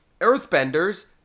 Earthbenders